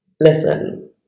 listen